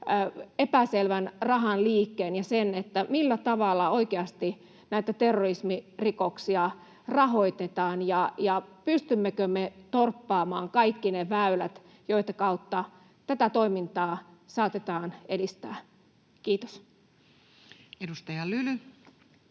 epäselvän rahan liikkeen ja sen, millä tavalla oikeasti näitä terrorismirikoksia rahoitetaan, ja pystymmekö me torppaamaan kaikki ne väylät, joita kautta tätä toimintaa saatetaan edistää? — Kiitos. [Speech 36]